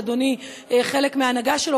שאדוני חלק מההנהגה שלו,